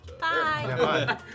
Bye